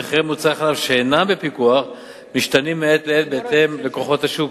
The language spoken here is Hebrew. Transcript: מחירי מוצרי החלב שאינם בפיקוח משתנים מעת לעת בהתאם לכוחות השוק.